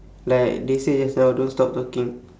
like they say just now don't stop talking